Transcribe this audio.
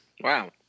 Wow